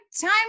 time